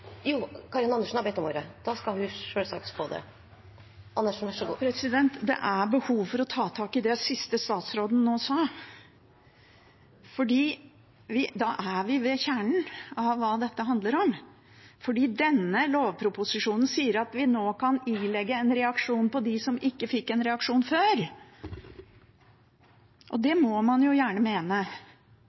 Det er behov for å ta tak i det siste statsråden sa nå, for da er vi ved kjernen av hva dette handler om. Denne lovproposisjonen sier at vi nå kan ilegge dem som før ikke fikk en reaksjon, en reaksjon. Det må man gjerne mene,